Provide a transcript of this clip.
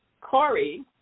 Corey